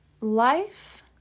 life